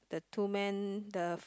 the two men the